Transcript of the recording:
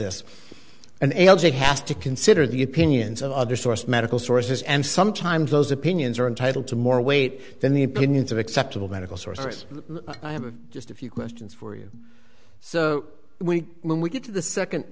this and l j has to consider the opinions of other source medical sources and sometimes those opinions are entitled to more weight than the opinions of acceptable medical sources i am just a few questions for you so when we get to the second